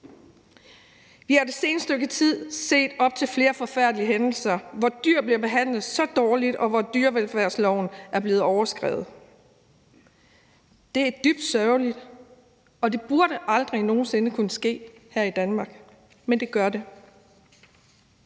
Vi har det seneste stykke tid set op til flere forfærdelige hændelser, hvor dyr bliver behandlet så dårligt, og hvor dyrevelfærdsloven er blevet overskredet. Det er dybt sørgeligt, og det burde aldrig nogen sinde kunne ske her i Danmark, men det gør det.